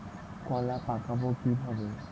কলা পাকাবো কিভাবে?